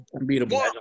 Unbeatable